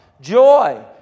joy